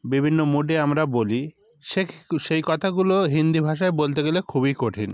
বিভিন্ন মুডে আমরা বলি সে সেই কথাগুলো হিন্দি ভাষায় বলতে গেলে খুবই কঠিন